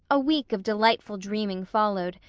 a week of delightful dreaming followed,